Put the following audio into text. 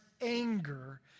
anger